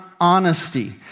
honesty